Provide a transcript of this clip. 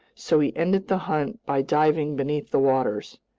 so he ended the hunt by diving beneath the waters.